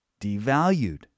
devalued